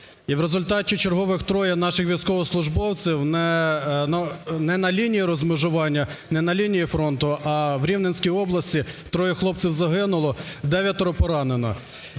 і у результаті чергових троє наших військовослужбовців не на лінії розмежування, не на лінії фронту, а у Рівненській області троє хлопців загинуло, дев'ятеро